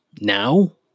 now